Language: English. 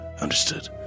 understood